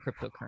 cryptocurrency